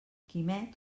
quimet